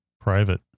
private